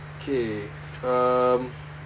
okay um